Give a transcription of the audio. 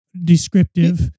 descriptive